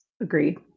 Agreed